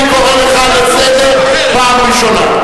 אני קורא לסדר פעם ראשונה.